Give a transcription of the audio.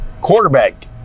quarterback